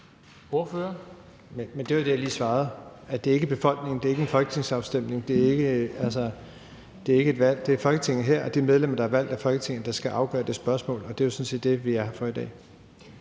Det er ikke befolkningen, det er ikke et valg. Det er Folketinget her og de medlemmer, der er valgt til Folketinget, der skal afgøre det spørgsmål. Og det er sådan set det, vi er her for i dag.